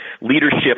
leadership